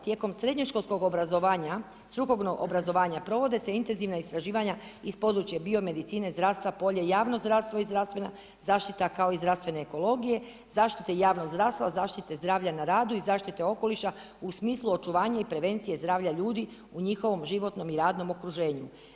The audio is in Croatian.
Tijekom srednjoškolskog obrazovanja strukovnog obrazovanja provode se intenzivna istraživanja iz područja bio medicine, zdravstva, polje javno zdravstvo i zdravstvena zaštita kao i zdravstvene ekologije, zaštite javnog zdravstva, zaštite zdravlja na radu i zaštite okoliša u smislu očuvanje i prevencije zdravlja ljudi u njihovom životnom i jadnom okruženju.